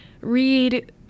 read